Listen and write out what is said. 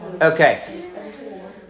Okay